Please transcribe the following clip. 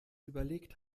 überlegt